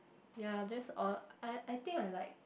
ya just all I I think I like